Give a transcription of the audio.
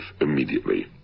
immediately